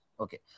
Okay